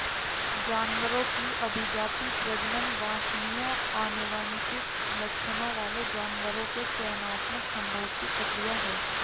जानवरों की अभिजाती, प्रजनन वांछनीय आनुवंशिक लक्षणों वाले जानवरों के चयनात्मक संभोग की प्रक्रिया है